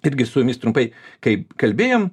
irgi su jumis trumpai kaip kalbėjom